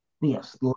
yes